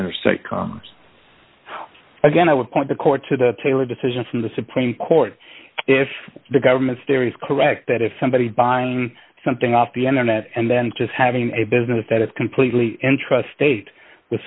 interstate comes again i would point the court to the taylor decision from the supreme court if the government's theory is correct that if somebody is buying something off the internet and then just having a business that is completely in trust state w